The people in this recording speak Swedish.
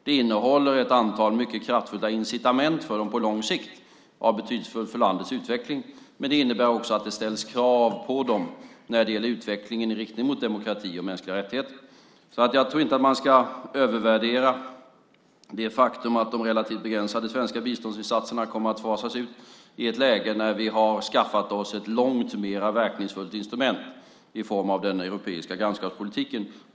Det innehåller ett antal mycket kraftfulla incitament för dem på lång sikt som kan vara betydelsefulla för landets utveckling. Men det innebär också att det ställs krav på dem när det gäller utveckling i riktning mot demokrati och mänskliga rättigheter. Jag tror alltså inte att man ska övervärdera det faktum att de relativt begränsade svenska biståndsinsatserna kommer att fasas ut i ett läge där vi har skaffat oss ett långt mer verkningsfullt instrument i form av den europeiska grannskapspolitiken.